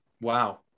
wow